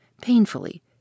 painfully